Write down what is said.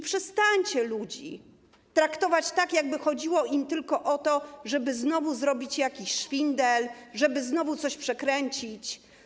Przestańcie traktować ludzi tak, jakby chodziło im tylko o to, żeby znowu zrobić jakiś szwindel, żeby znowu coś przekręcić.